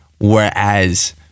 whereas